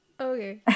Okay